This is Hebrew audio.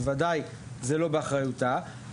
בוודאי זה לא באחריותה.